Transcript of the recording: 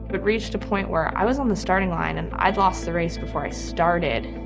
but reached a point where i was on the starting line and i'd lost the race before i started,